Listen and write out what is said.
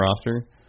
roster